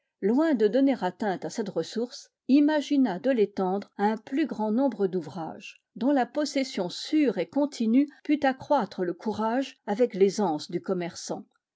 loin de donner atteinte à cette ressource imagina de l'étendre à un plus grand nombre d'ouvrages dont la possession sûre et continue pût accroître le courage avec l'aisance du commerçant